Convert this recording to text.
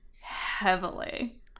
heavily